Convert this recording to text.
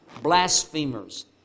blasphemers